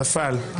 נפל.